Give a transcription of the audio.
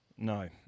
No